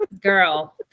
girl